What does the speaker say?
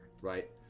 Right